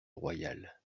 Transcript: royal